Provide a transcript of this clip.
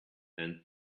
and